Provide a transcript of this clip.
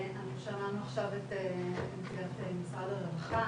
אנחנו שמענו עכשיו את משרד הרווחה,